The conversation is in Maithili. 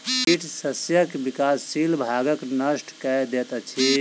कीट शस्यक विकासशील भागक नष्ट कय दैत अछि